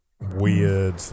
weird